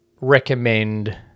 recommend